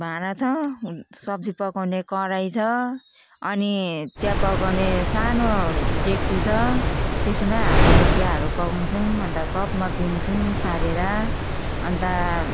भाँडा छ सब्जी पकाउने कराही छ अनि चिया पकाउने सानो डेक्ची छ त्यसमै हामी चियाहरू पकाउँछौँ अन्त कपमा पिउँछौँ सारेर अन्त